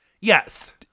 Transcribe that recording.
Yes